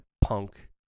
punk